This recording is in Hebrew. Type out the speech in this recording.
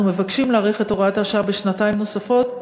אנחנו מבקשים להאריך את הוראת השעה בשנתיים נוספות,